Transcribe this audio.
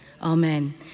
Amen